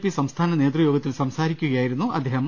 P സംസ്ഥാന നേതൃയോഗത്തിൽ സംസാരിക്കുകയായിരുന്നു അദ്ദേഹം